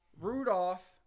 Rudolph